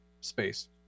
space